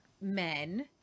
men